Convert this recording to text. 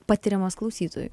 patiriamas klausytojui